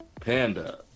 Panda